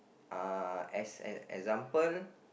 uh as an example